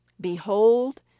Behold